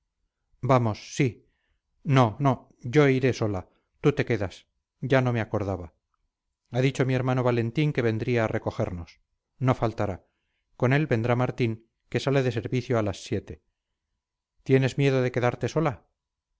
vamos sí no no yo iré sola tú te quedas ya no me acordaba ha dicho mi hermano valentín que vendría a recogernos no faltará con él vendrá martín que sale de servicio a las siete tienes miedo de quedarte sola